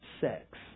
sex